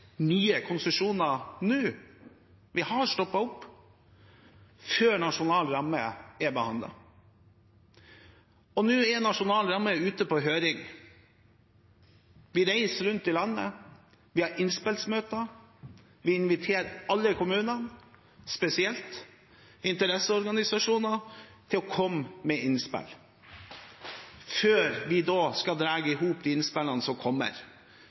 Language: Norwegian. nye konsesjoner nå. Vi har stoppet opp før nasjonal rammeplan er behandlet, og nå er nasjonal rammeplan ute på høring. Vi reiser rundt i landet, vi har innspillsmøter, vi inviterer alle kommunene og spesielt interesseorganisasjonene til å komme med innspill før vi skal dra i hop de innspillene som kommer,